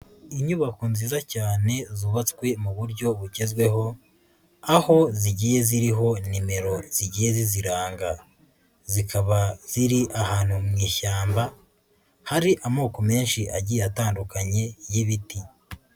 Inyubako nziza cyane zubatswe mu buryo bugezweho, aho zigiye ziriho nimero zigiye ziziranga, zikaba ziri ahantu mu ishyamba hari amoko menshi agiye atandukanye y'ibiti.